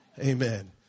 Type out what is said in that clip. Amen